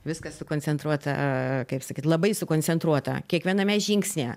viskas sukoncentruota kaip sakyt labai sukoncentruota kiekviename žingsnyje